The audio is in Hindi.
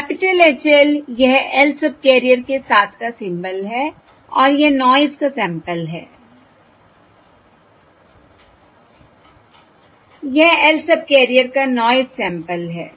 कैपिटल H l यह lth सबकैरियर के साथ का सिंबल है और यह नॉयस का सैंपल है यह lth सबकैरियर का नॉयस सैंपल है